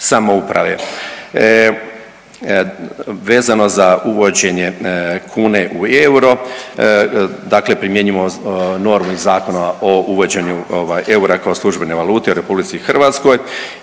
Vezano za uvođenje kune u euro. Dakle, primjenjujemo normu i Zakon o uvođenju eura kao službene valute u RH i specifičnosti koje